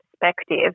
perspective